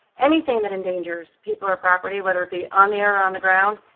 anything that endangers people or property, whether it be on the air or on the ground,